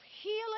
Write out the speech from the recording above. healing